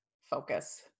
focus